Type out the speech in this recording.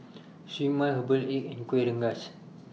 Siew Mai Herbal Egg and Kuih Rengas